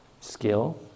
skill